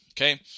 Okay